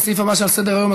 לסעיף הבא שעל סדר-היום,